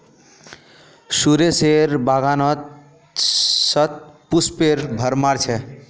सुरेशेर बागानत शतपुष्पेर भरमार छ